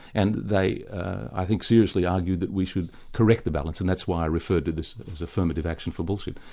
and they i think seriously argue that we should correct the balance, and that's why i referred to this as affirmative action for bullshit.